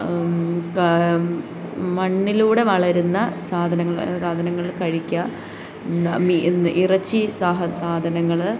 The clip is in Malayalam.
മണ്ണിലൂടെ വളരുന്ന സാധനങ്ങൾ സാധനങ്ങൾ കഴിക്കുക ഇറച്ചി സാധനങ്ങൾ